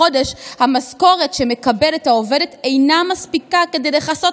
המשכורת שמקבלת העובדת אינה מספיקה כדי לכסות